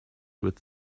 with